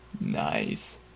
Nice